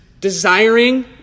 desiring